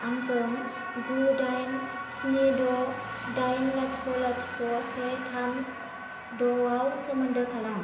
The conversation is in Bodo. आंजों गु दाइन स्नि द' दाइन लाथिख' लाथिख' से थाम द'आव सोमोन्दो खालाम